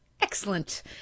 excellent